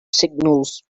signals